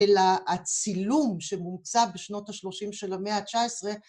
‫אלא הצילום שמומצא ‫בשנות ה-30 של המאה ה-19.